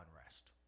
unrest